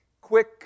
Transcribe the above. Quick